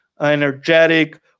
energetic